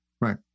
Right